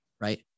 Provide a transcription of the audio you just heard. right